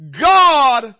God